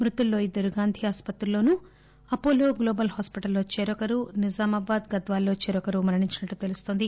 మృతుల్లో ఇద్దరు గాంధీ ఆసుపత్రిలోనూ అపోలో గ్లోబల్ హాస్పిటల్ లో చెరొకరు నిజామాబాద్ గద్వాల్లో చెరొకరు మరణించినట్లు తెలుస్తోంది